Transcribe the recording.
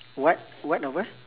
what what over